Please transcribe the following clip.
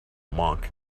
monk